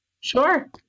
Sure